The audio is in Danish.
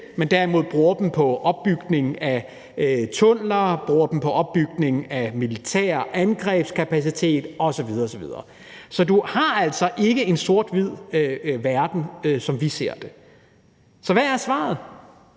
men derimod bruger dem på bygning af tunneller og bruger dem på opbygning af militær angrebskapacitet osv. osv. Så du har altså ikke en sort-hvid-verden, som vi ser det. Så hvad er svaret?